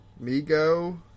Migo